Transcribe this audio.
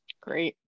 Great